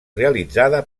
realitzada